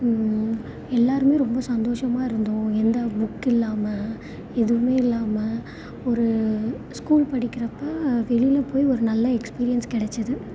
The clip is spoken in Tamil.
எல்லாருமே ரொம்ப சந்தோசமாக இருந்தோம் எந்த புக் இல்லாம எதுவுமே இல்லாம ஒரு ஸ்கூல் படிக்கிறப்போ வெளியில போய் ஒரு நல்ல எக்ஸ்பீரியன்ஸ் கிடச்சிது